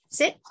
sit